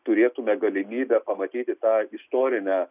turėtume galimybę pamatyti tą istorinę